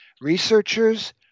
researchers